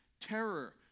terror